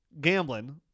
gambling